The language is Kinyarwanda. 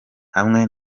hamwe